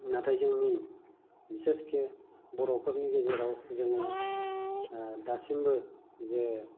नाथाय जोंनि बांसिनै बर'फोरनि गेजेराव जोङो दासिमबो जे